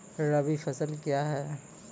रबी फसल क्या हैं?